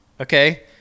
okay